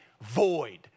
void